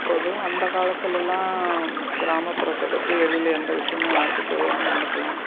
எப்போதும் அந்த காலத்திலலாம் கிராமப்புறத்தை பற்றி வெளியில் எந்த விஷயமும் யாருக்கும் தெரியாமல் இருந்திருக்கலாம்